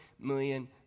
million